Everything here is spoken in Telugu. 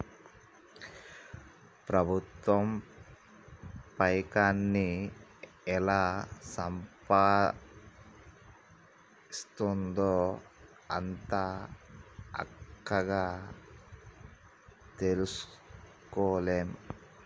ప్రభుత్వం పైకాన్ని ఎలా సంపాయిస్తుందో అంత అల్కగ తెల్సుకోలేం